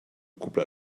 couple